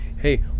Hey